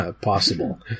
possible